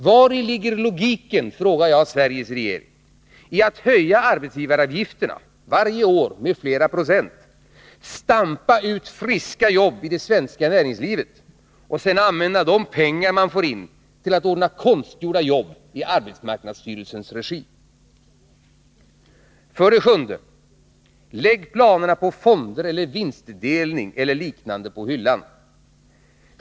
Vari ligger logiken, frågar jag Sveriges regering, i att höja arbetsgivaravgifterna varje år med flera procent, stampa ut friska jobb i det svenska näringslivet, och sedan använda de pengar man får in till att ordna konstgjorda jobb i arbetsmarknadsstyrelsens regi? För det sjunde: Lägg planerna på fonder eller vinstdelning eller liknande på hyllan!